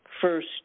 first